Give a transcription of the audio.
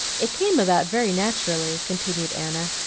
it came about very naturally, continued anna,